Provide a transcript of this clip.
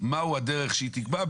מהי הדרך שהיא תקבע,